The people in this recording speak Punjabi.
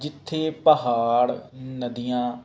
ਜਿੱਥੇ ਪਹਾੜ ਨਦੀਆਂ